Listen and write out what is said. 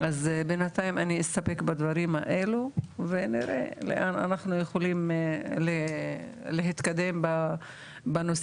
אז בינתיים אני אסתפק בדברים האלו ונראה לאן אנחנו יכולים להתקדם בנושא